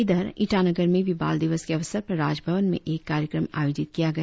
इधर ईटानगर में भी बाल दिवस के अवसर पर राजभवन में एक कार्यक्रम आयोजित किया गया